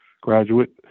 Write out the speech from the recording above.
graduate